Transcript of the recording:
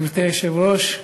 גברתי היושבת-ראש,